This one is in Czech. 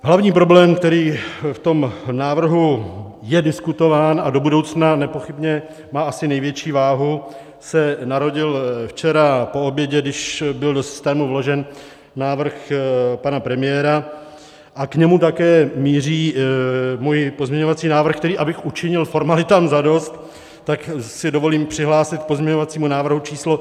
Hlavní problém, který v tom návrhu je diskutován a do budoucna nepochybně má asi největší váhu, se narodil včera po obědě, když byl do systému vložen návrh pana premiéra, a k němu také míří můj pozměňovací návrh, který, abych učinil formalitám za dost, tak si dovolím přihlásit k pozměňovacímu návrhu číslo 6627.